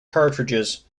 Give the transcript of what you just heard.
cartridges